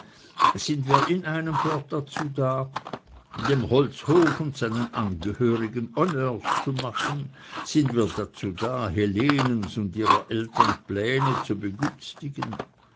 sind wir in einem fort dazu da dem holzhof und seinen angehörigen honneurs zu machen sind wir dazu da helenens und ihrer eltern pläne zu begünstigen